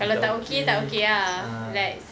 kalau tak okay ah